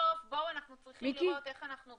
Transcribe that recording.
אנחנו ב-250 חולים קשים על 20 בתי חולים בארץ.